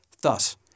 Thus